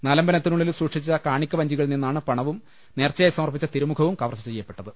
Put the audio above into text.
നാലമ്പലത്തിനുള്ളിൽ സൂക്ഷിച്ച കാണിക്ക വഞ്ചികളിൽ നിന്നാണ് പണവും നേർച്ചയായി സമർപ്പിച്ച തിരുമു ഖവും കവർച്ച ചെയ്യപ്പെട്ടത്